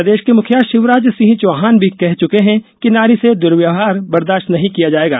प्रदेश के मुखिया शिवराज सिंह चौहान भी कह चुके हैं कि नारी से दुर्व्यवहार बर्दाश्त नहीं किया जायेगा